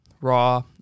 raw